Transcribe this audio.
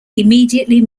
immediately